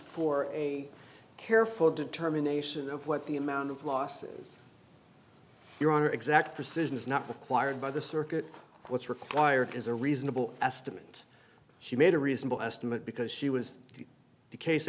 for a careful determination of what the amount of losses you're on or exact rescission is not required by the circuit what's required is a reasonable estimate she made a reasonable estimate because she was the case